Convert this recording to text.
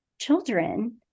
children